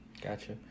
Gotcha